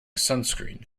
sunscreen